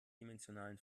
dimensionalen